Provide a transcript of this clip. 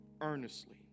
earnestly